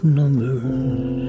numbers